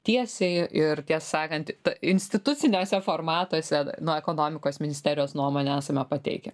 tiesiai ir tiesą sakant instituciniuose formatuose nuo ekonomikos ministerijos nuomonę esame pateikę